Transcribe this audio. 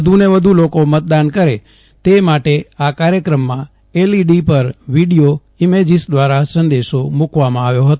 વધુ ને વધુ લોકો મતદાન કરે તે માટે આ કાર્યક્રમમાં એલઈડી પર વીડિયો ઈમેજીસ દ્વારા સંદેશો મૂકવામાં આવ્યો હતો